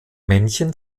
männchen